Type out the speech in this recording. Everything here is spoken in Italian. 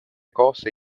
cose